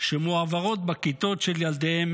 המועברות בכיתות של ילדיהם,